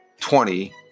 twenty